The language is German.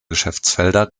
geschäftsfelder